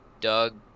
Doug